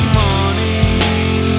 morning